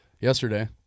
yesterday